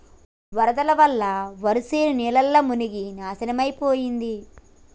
వరదల వల్ల వరిశేను నీళ్లల్ల మునిగి నాశనమైపోయింది